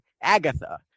agatha